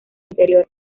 interior